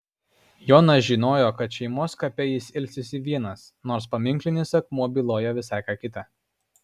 jonas žinojo kad šeimos kape jis ilsisi vienas nors paminklinis akmuo byloja visai ką kita